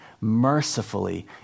mercifully